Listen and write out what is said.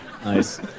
Nice